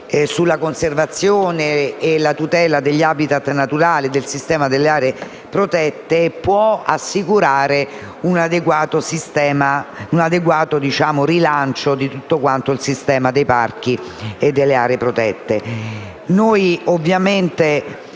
la conservazione e la tutela degli *habitat* naturali del sistema delle aree protette potrebbe assicurare un adeguato rilancio del sistema dei parchi e delle aree protette